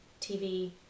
TV